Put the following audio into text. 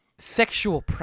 Sexual